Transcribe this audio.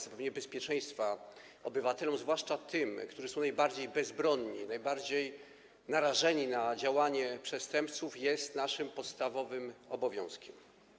Zapewnienie bezpieczeństwa obywatelom, zwłaszcza tym, którzy są najbardziej bezbronni, najbardziej narażeni na działanie przestępców, jest naszym podstawowym obowiązkiem.